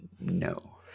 No